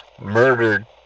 murdered